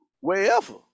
wherever